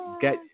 get